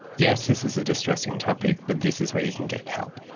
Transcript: yes, this is a distressing topic but this is where you can get help.